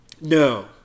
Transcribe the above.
No